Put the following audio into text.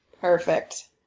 Perfect